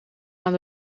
aan